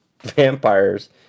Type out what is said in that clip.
vampires